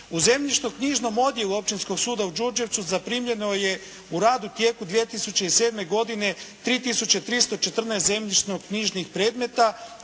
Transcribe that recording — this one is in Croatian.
U zemljišno-knjižnom odjelu Općinskog suda u Đurđevcu zaprimljeno je u radu u tijeku 2007. godine 3314 zemljišno-knjižnih predmeta